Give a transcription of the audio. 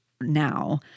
now